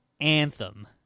anthem